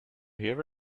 hear